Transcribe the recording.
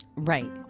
Right